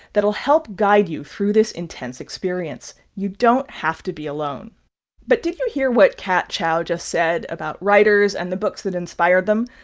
that'll help guide you through this intense experience. you don't have to be alone but did you hear what kat chow just said about writers and the books that inspired them?